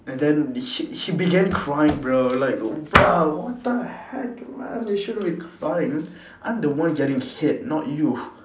and then he he began crying bro I'm like bro what the heck man you shouldn't be crying I'm the one getting hit not you